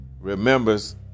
remembers